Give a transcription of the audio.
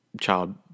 child